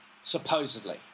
supposedly